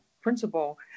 principal